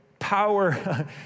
power